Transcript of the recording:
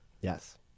Yes